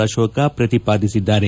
ಅಶೋಕ್ ಪ್ರತಿಪಾದಿಸಿದ್ದಾರೆ